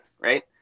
right